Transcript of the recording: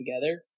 together